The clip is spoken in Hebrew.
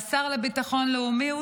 והשר לביטחון לאומי?